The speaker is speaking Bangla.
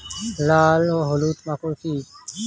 লাল ও হলুদ মাকর কী?